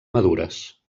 madures